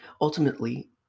Ultimately